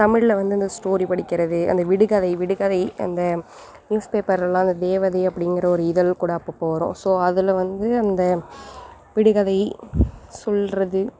தமிழில் வந்து இந்த ஸ்டோரி படிக்கிறது அந்த விடுகதை விடுகதை அந்த நியூஸ் பேப்பரில்லாம் அந்த தேவதை அப்படிங்குற இதழ் கூட அப்பப்போ வரும் ஸோ அதில் வந்து அந்த விடுகதை சொல்லுறது